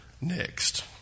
next